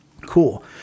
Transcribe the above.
cool